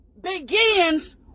begins